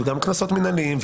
וגם קנסות מינהליים,